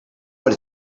what